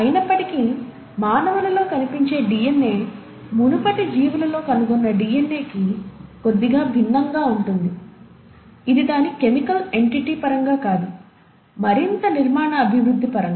అయినప్పటికీ మానవులలో కనిపించే DNA మునుపటి జీవులలో కనుగొన్న DNA కి కొద్దిగా భిన్నంగా ఉంటుంది ఇది దాని కెమికల్ ఎంటిటీ పరంగా కాదు మరింత నిర్మాణ అభివృద్ధి పరంగా